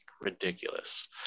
ridiculous